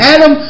Adam